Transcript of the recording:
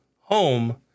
home